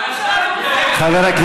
מה הממשלה הזאת עושה?